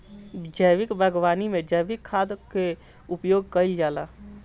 जैविक बागवानी में जैविक खाद कअ उपयोग कइल जाला